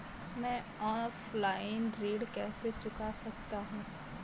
मैं ऑफलाइन ऋण कैसे चुका सकता हूँ?